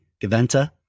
Gaventa